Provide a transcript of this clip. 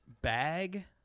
bag